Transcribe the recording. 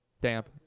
damp